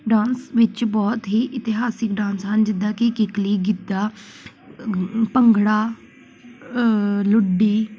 dance ਵਿੱਚ ਬਹੁਤ ਹੀ ਇਤਿਹਾਸਿਕ ਡਾਂਸ ਹਨ ਜਿੱਦਾਂ ਕਿ ਕਿੱਕਲੀ ਗਿੱਧਾ ਭੰਗੜਾ ਲੁੱਡੀ